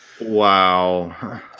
Wow